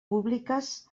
públiques